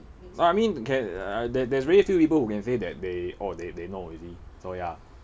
no I mean can uh there's there's really few people who can say that they oh they they know already so ya